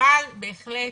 אבל בהחלט,